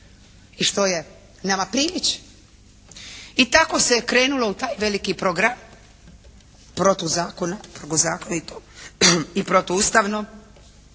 i što nama priliči i tako se krenulo u taj veliki program protu zakona, protuzakonitog